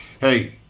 hey